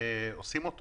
עושים.